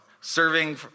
Serving